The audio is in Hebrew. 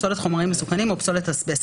פסולת חומרים מסוכנים או פסולת אזבסט.